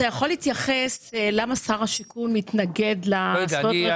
אתה יכול להתייחס למה שר השיכון מתנגד לעשות רכישה?